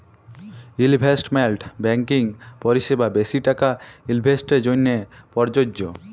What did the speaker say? investment banking পরিসেবা বেশি টাকা ইলভেস্টের জ্যনহে পরযজ্য